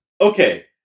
Okay